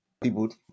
people